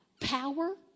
power